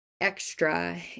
extra